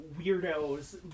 weirdos